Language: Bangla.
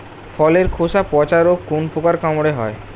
ফলের খোসা পচা রোগ কোন পোকার কামড়ে হয়?